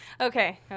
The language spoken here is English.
Okay